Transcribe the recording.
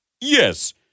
Yes